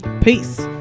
Peace